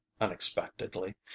unexpectedly